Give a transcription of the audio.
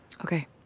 Okay